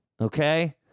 Okay